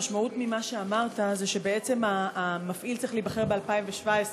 המשמעות של מה שאמרת היא שבעצם המפעיל צריך להיבחר ב-2017,